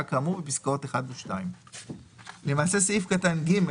כאמור בפסקאות (1) ו-(2); סעיף קטן (ג)